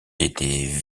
été